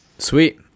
Sweet